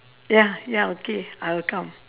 ya ya okay I will come